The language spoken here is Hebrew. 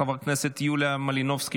חברת הכנסת יוליה מלינובסקי,